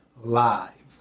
live